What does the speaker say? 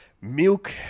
Milk